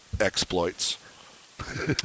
exploits